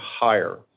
higher